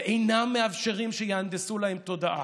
ואינם מאפשרים שיהנדסו להם תודעה.